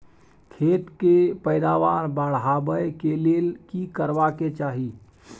खेत के पैदावार बढाबै के लेल की करबा के चाही?